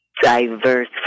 diverse